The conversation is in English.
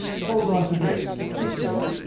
hold on to this, she said,